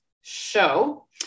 Show